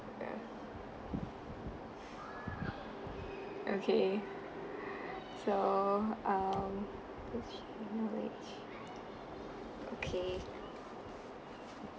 uh okay so um okay